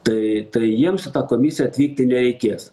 tai tai jiems į ta komisiją atvykti nereikės